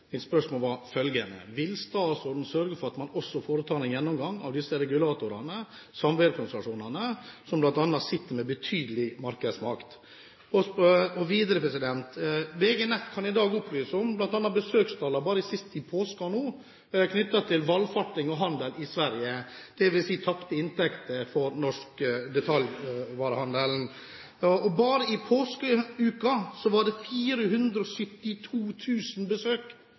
sørge for at man også foretar en gjennomgang av disse regulatorene, samvirkeorganisasjonene, som bl.a. sitter med betydelig markedsmakt? Videre: VG Nett kan i dag bl.a. opplyse om besøkstallene bare nå i påsken knyttet til valfarting og handel i Sverige, dvs. tapte inntekter for norsk detaljvarehandel. Bare i påskeuka var det